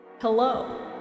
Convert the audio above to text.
Hello